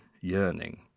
yearning